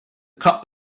cup